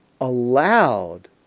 allowed